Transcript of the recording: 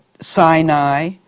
Sinai